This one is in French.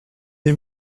est